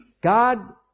God